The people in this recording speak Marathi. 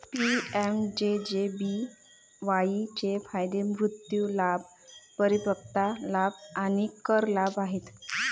पी.एम.जे.जे.बी.वाई चे फायदे मृत्यू लाभ, परिपक्वता लाभ आणि कर लाभ आहेत